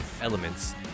elements